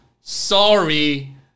Sorry